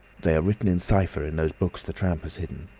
they are written in cypher in those books that tramp has hidden.